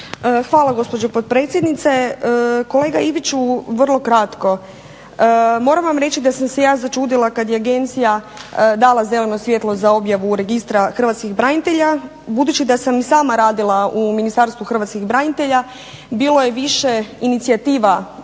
Hvala gospođo potpredsjednice. Kolega Iviću, vrlo kratko. Moram vam reći da sam se ja začudila kad je Agencija dala zeleno svjetlo za objavu Registra hrvatskih branitelja. Budući da sam i sama radila u Ministarstvu hrvatskih branitelja bilo je više inicijativa